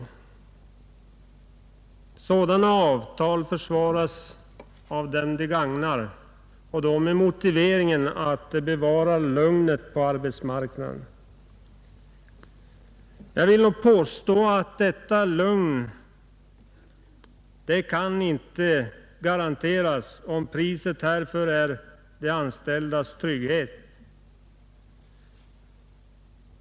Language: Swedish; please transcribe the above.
Sådana avtal försvaras av dem de gagnar med motiveringen att de bevarar lugnet på arbetsmarknaden. Detta lugn kan inte garanteras om priset härför är de anställdas trygghet.